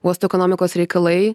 uosto ekonomikos reikalai